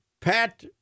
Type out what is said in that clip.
Pat